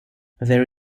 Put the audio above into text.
there